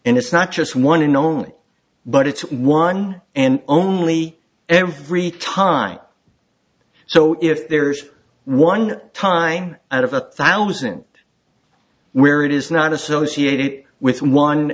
and it's not just one unknown but it's one and only every time so if there's one time out of a thousand where it is not associated with one